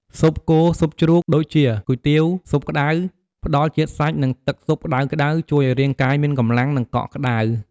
ស៊ុបគោ ស៊ុបជ្រូក ដូចជា គុយទាវ ស៊ុបក្ដៅ ផ្តល់ជាតិសាច់ និងទឹកស៊ុបក្តៅៗ ជួយឱ្យរាងកាយមានកម្លាំង និងកក់ក្តៅ។